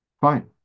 Fine